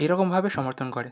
এরকমভাবে সমর্থন করে